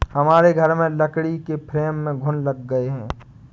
हमारे घर में लकड़ी के फ्रेम में घुन लग गए हैं